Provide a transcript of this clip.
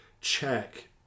check